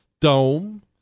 Dome